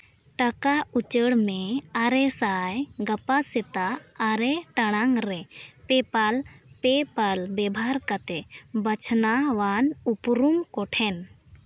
ᱴᱟᱠᱟ ᱩᱪᱟᱹᱲ ᱢᱮ ᱟᱨᱮ ᱥᱟᱭ ᱜᱟᱯᱟ ᱥᱮᱛᱟᱜ ᱟᱨᱮ ᱴᱟᱲᱟᱝ ᱨᱮ ᱯᱮᱯᱟᱞ ᱯᱮᱯᱟᱞ ᱵᱮᱵᱷᱟᱨ ᱠᱟᱛᱮᱫ ᱵᱟᱪᱷᱱᱟᱣᱟᱱ ᱩᱯᱨᱩᱢ ᱠᱚᱴᱷᱮᱱ